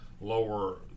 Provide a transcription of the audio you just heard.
lower